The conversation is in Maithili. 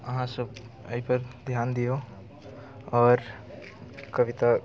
अहाँसब एहिपर धिआन दिऔ आओर कविता